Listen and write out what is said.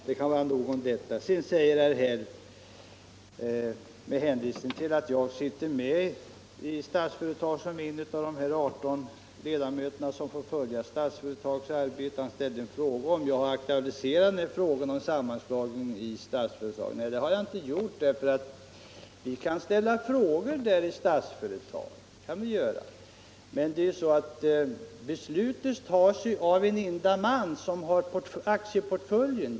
Sedan frågade herr Häll — med hänvisning till att jag är en av de 18 ledamöter som får följa Statsföretags arbete — om jag har aktualiserat frågan om sammanslagning i Statsföretag. Nej, det har jag inte gjort. Vi kan ställa frågor i Statsföretag, men beslutet tas av en enda man, som har aktieportföljen.